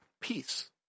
peace